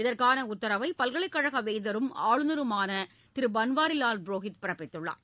இதற்கான உத்தரவை பல்கலைக்கழக வேந்தரும் ஆளுநருமான திரு பன்வாரிலால் புரோஹித் பிறப்பித்துள்ளார்